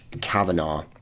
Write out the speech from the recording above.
Kavanaugh